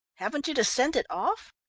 haven't you to send it off?